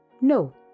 No